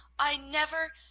i never,